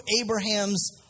Abraham's